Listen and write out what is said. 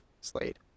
Slade